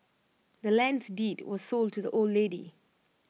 the land's deed was sold to the old lady